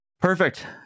Perfect